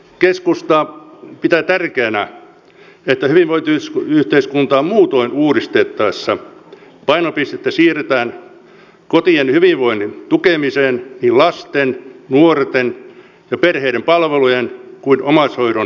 keskusta pitää tärkeänä että hyvinvointiyhteiskuntaa muutoin uudistettaessa painopistettä siirretään kotien hyvinvoinnin tukemiseen niin lasten nuorten ja perheiden palvelujen kuin omaishoidon parantamisella